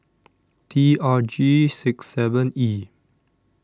T R G six seven E